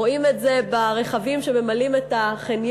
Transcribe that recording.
רואים את זה ברכבים שממלאים את החניון,